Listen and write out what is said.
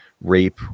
rape